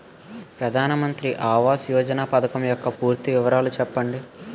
ప్రధాన మంత్రి ఆవాస్ యోజన పథకం యెక్క పూర్తి వివరాలు చెప్పండి?